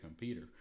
Peter